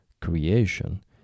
creation